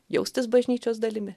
jaustis bažnyčios dalimi